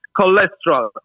cholesterol